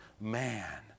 man